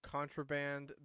Contraband